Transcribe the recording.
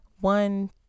one